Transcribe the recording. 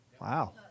Wow